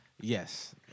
Yes